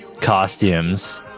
costumes